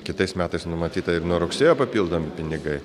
kitais metais numatyta ir nuo rugsėjo papildomi pinigai